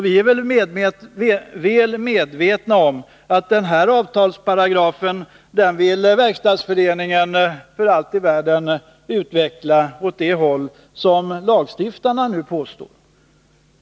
Vi är väl medvetna om att Verkstadsföreningen gärna vill utveckla den åt det håll som lagstiftarna nu föreslår.